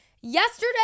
Yesterday